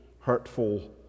hurtful